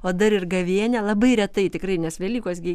o dar ir gavėnia labai retai tikrai nes velykos gi